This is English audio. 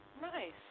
Nice